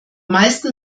meisten